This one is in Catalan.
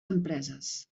empreses